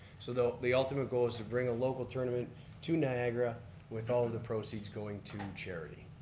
so the the ultimate goal is to bring a local tournament to niagara with all the proceeds going to charity.